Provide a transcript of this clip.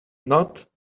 not